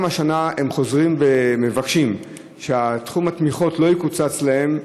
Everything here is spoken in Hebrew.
גם השנה הם חוזרים ומבקשים שתחום התמיכות לא יקוצץ להם.